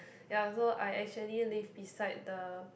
ya so I actually live beside the